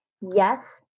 yes